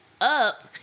up